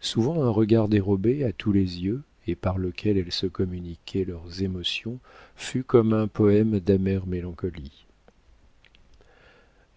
souvent un regard dérobé à tous les yeux et par lequel elles se communiquaient leurs émotions fut comme un poème d'amère mélancolie